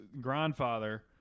grandfather